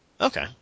Okay